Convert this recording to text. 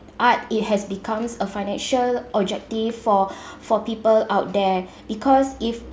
art it has become a financial objective for for people out there because if